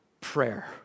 prayer